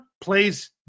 plays